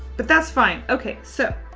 but that's fine. okay. so.